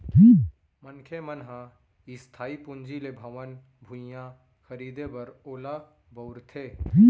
मनखे मन ह इस्थाई पूंजी ले भवन, भुइयाँ खरीदें बर ओला बउरथे